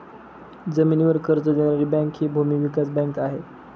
जमिनीवर कर्ज देणारी बँक हि भूमी विकास बँक आहे